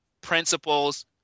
principles